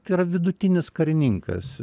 tai yra vidutinis karininkas